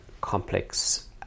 complex